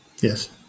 yes